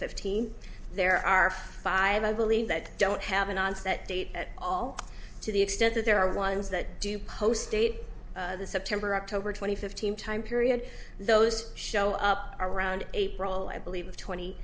fifteen there are five i believe that don't have an onset date at all to the extent that there are ones that do post date september october twenty fifteen time period those show up around april i believe twenty